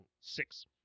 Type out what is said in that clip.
Six